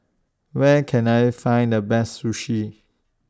Where Can I Find The Best Sushi